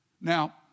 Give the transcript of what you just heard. Now